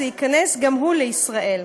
גם זה ייכנס לישראל.